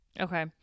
okay